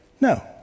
No